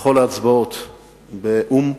בכל ההצבעות באו"ם,